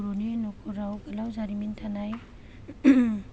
बर'नि नखराव गोलाव जारिमिन थानाय